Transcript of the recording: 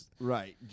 Right